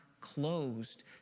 closed